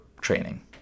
training